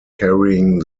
carrying